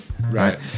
Right